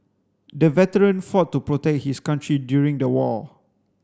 the veteran fought to protect his country during the war